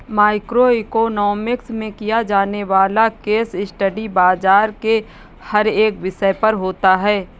micro economics में किया जाने वाला केस स्टडी बाजार के हर एक विषय पर होता है